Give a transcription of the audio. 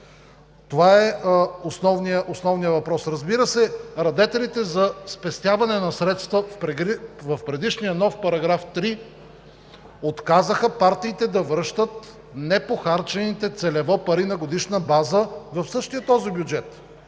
Това е основният въпрос. Разбира се, радетелите за спестяване на средства в предишния нов § 3 отказаха партиите да връщат непохарчените целево пари на годишна база в същия този бюджет.